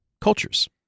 cultures